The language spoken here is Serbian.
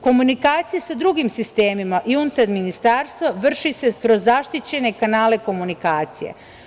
Komunikacija sa drugim sistemima i unutar ministarstva vrši se kroz zaštićene kanale komunikacije.